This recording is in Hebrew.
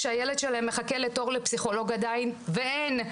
כשהילד שלהם מחכה לתור לפסיכולוג עדיין ואין?